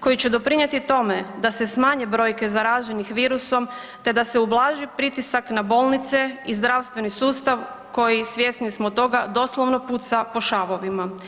koji će doprinijeti tome da se smanje brojke zaraženih virusom te da se ublaži pritisak na bolnice i zdravstveni sustav koji svjesni smo toga doslovno puca po šavovima.